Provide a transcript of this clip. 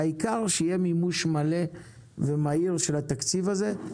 העיקר שיהיה מימוש מלא ומהיר של התקציב הזה.